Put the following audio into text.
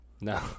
No